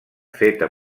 feta